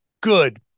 good